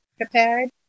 prepared